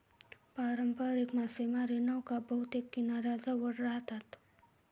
पारंपारिक मासेमारी नौका बहुतेक किनाऱ्याजवळ राहतात